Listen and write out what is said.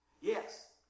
Yes